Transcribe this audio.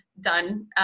done